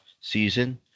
season